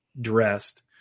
dressed